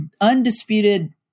undisputed